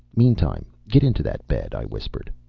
meantime get into that bed, i whispered.